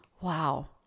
wow